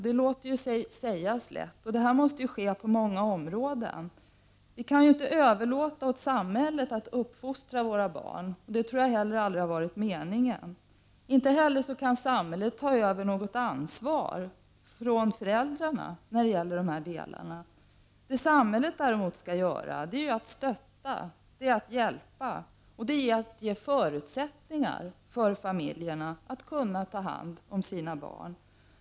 Det låter sig lätt sägas, men det måste ske på många områden. Vi kan inte överlåta åt samhället att uppfostra våra barn — det har aldrig varit meningen. Samhället kan inte heller ta över något ansvar i detta fall. Det samhället däremot skall göra är att stötta, hjälpa och ge förutsättningar för familjerna att kunna ta hand om sina barn.